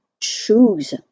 choose